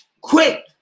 quick